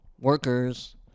workers